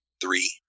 three